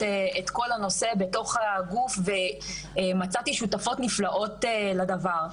את כל הנושא בתוך הגוף ואני מצאתי שותפות נפלאות לדבר הזה.